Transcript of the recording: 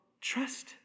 trust